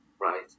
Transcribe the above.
right